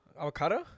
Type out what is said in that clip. Avocado